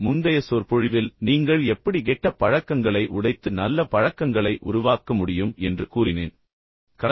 கடைசி சொற்பொழிவில் நீங்கள் எப்படி கெட்ட பழக்கங்களை உடைத்து நல்ல பழக்கங்களை உருவாக்க முடியும் என்பதை முன்னிலைப்படுத்துவதன் மூலம் நான் முடித்தேன்